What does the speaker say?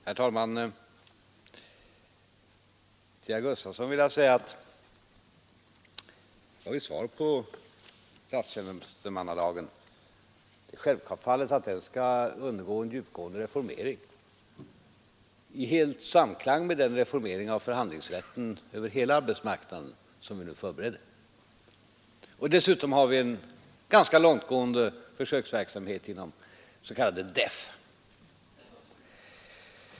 Herr talman! Om statstjänstemannalagen vill jag till herr Gustafson säga att självfallet skall den undergå en djupgående reformering i samklang med den reformering av hela arbetsmarknaden som vi nu förbereder. Dessutom har vi en ganska långtgående försöksverksamhet inom det s.k. DEFF.